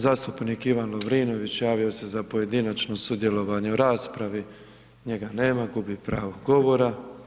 Zastupnik Ivan Lovrinović javio se za pojedinačno sudjelovanje u raspravi, njega nema, gubi pravo govora.